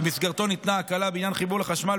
ובמסגרתו ניתנה הקלה בעניין חיבור לחשמל,